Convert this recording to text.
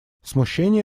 смущение